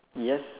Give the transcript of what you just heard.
yes